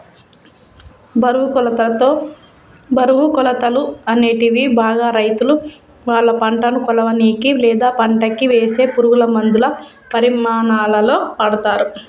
బరువు, కొలతలు, అనేటివి బాగా రైతులువాళ్ళ పంటను కొలవనీకి, లేదా పంటకివేసే పురుగులమందుల పరిమాణాలలో వాడతరు